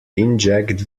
inject